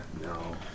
no